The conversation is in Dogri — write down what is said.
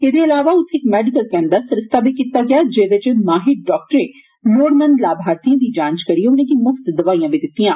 एहदे अलावा उत्थे इक मेडिकल कैंप दा सरिस्ता बी कीता गेदा हा जेह्दे च माहिर डाक्टरें लोइमंद लाभार्थिएं दी जांच करियै उनेंगी मुफ्त दवाईयां बी दित्तिआं